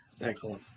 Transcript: Excellent